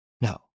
No